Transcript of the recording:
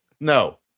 No